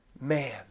man